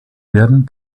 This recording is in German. werden